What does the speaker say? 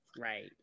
Right